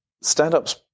Stand-ups